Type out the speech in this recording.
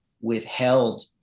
withheld